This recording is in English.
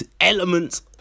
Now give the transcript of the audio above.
Elements